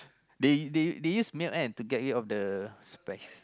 they they they use milk uh to get rid of the spice